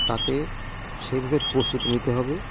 তাকে সেইভাবে প্রস্তুতি নিতে হবে